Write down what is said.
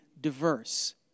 diverse